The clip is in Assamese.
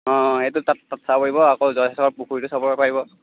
অ এইটো তাত চাব পাৰিব আকৌ জয়সাগৰ পুখুৰীটো চাবগৈ পাৰিব